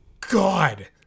God